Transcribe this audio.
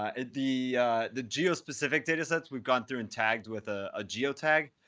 ah the the geo specific data sets we've gone through and tagged with a ah geotag.